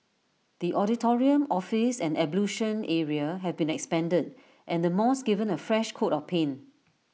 the auditorium office and ablution area have been expanded and the mosque given A fresh coat of paint